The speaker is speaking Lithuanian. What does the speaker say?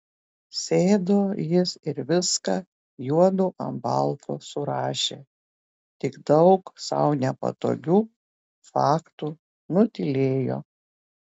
sėdo jis ir viską juodu ant balto surašė tik daug sau nepatogių faktų nutylėjo